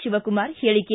ಶಿವಕುಮಾರ ಹೇಳಿಕೆ